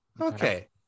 Okay